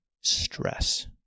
stress